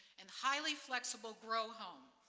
and highly flexible grow home,